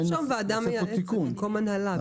אפשר לרשום ועדה מייעצת במקום ועדת הנהלה.